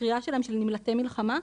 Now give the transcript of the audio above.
הקריאה שלהם של "נמלטי מלחמה",